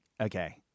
Okay